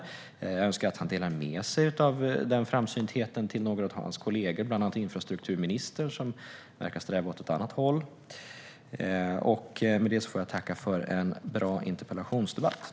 Jag önskar att han delar med sig av den framsyntheten till några av sina kollegor, bland annat infrastrukturministern, som verkar sträva åt ett annat håll. Med detta får jag tacka för en bra interpellationsdebatt.